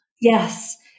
Yes